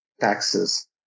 taxes